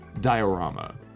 diorama